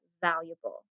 valuable